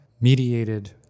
mediated